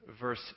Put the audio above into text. verse